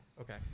Okay